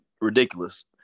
ridiculous